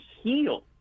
heal